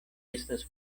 estas